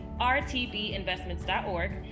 rtbinvestments.org